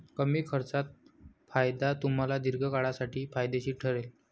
कमी खर्चात फायदा तुम्हाला दीर्घकाळासाठी फायदेशीर ठरेल